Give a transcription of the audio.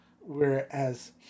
Whereas